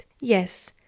yes